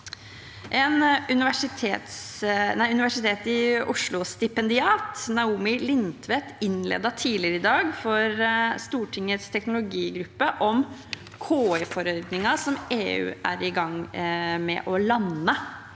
ved Universitetet i Oslo, Naomi Lintvedt, innledet tidligere i dag for Stortingets teknologigruppe om KI-forordningen EU er i gang med å lande,